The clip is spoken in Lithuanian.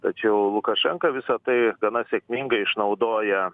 tačiau lukašenka visa tai gana sėkmingai išnaudoja